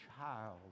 child